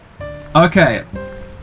Okay